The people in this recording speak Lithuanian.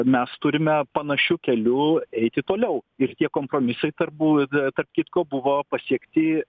mes turime panašiu keliu eiti toliau ir tie kompromisai tarbū tarp kitko buvo pasiekti